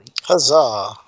Huzzah